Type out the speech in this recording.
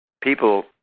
people